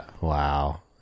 wow